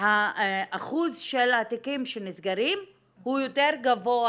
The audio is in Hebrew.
האחוז של התיקים שנסגרים הוא יותר גבוה